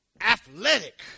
athletic